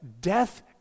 death